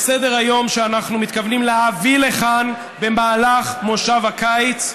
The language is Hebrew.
בסדר-היום שאנחנו מתכוונים להביא לכאן במהלך מושב הקיץ.